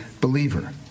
believer